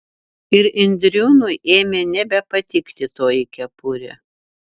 ir indriūnui ėmė nebepatikti toji kepurė